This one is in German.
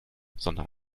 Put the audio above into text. sondern